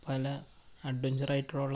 പല അഡ്വഞ്ചര് ആയിട്ടുള്ള